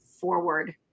forward